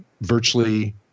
virtually